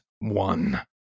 one